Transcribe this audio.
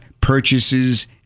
purchases